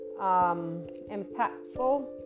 impactful